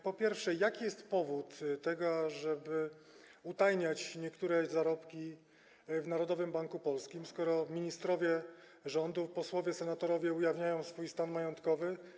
Po pierwsze, jaki jest powód tego, że utajnia się niektóre zarobki w Narodowym Banku Polskim, skoro ministrowie rządu, posłowie, senatorowie ujawniają swój stan majątkowy?